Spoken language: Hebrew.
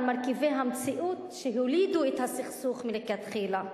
מרכיבי המציאות שהולידו את הסכסוך מלכתחילה.